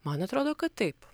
man atrodo kad taip